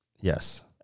Yes